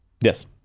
yes